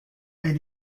elles